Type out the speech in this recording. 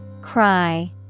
Cry